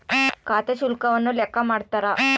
ಖಾತೆ ಶುಲ್ಕವನ್ನು ಲೆಕ್ಕ ಮಾಡ್ತಾರ